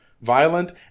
violent